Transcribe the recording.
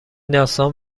داستان